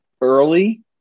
early